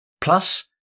plus